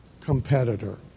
competitor